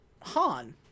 Han